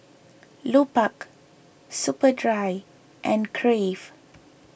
Lupark Superdry and Crave